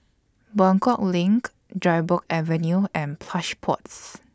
Buangkok LINK Dryburgh Avenue and Plush Pods